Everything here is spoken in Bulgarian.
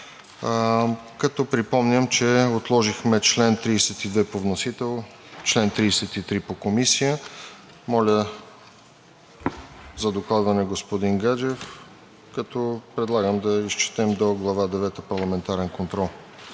като припомням, че отложихме чл. 32 по вносител, чл. 33 по Комисия. Моля за доклада на господин Гаджев, като предлагам да изчетем до Глава девета „Парламентарен контрол“.